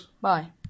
Bye